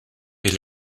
est